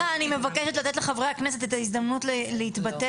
זה לא הפגיעה.